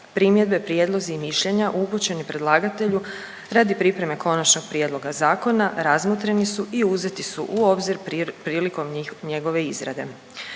Primjedbe, prijedlozi i mišljenja upućeni predlagatelju radi pripreme konačnog prijedloga zakona razmotreni su i uzeti su u obzir prilikom njegove izrade.